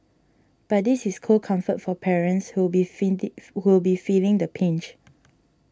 but this is cold comfort for parents who'll be who'll be feeling the pinch